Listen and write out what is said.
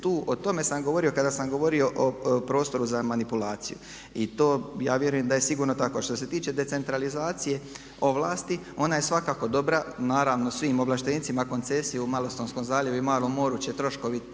O tome sam govorio kada samo govorio o prostoru za manipulaciju. I to ja vjerujem da je sigurno tako. A što se tiče decentralizacije ovlasti ona je svakako dobra, naravno svim ovlaštenicima koncesije u Malostonskom zaljevu i Malom Moru će troškovi